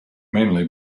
mainly